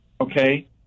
okay